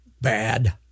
bad